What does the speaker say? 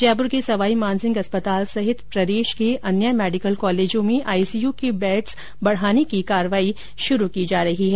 जयपुर के सवाईमानसिंह चिकित्सालय अस्पताल सहित प्रदेश के अन्य मेडिकल कालेजों में आईसीयू के बेड्स बढ़ाने की कार्यवाही प्रारम्भ की जा रही है